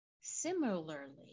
Similarly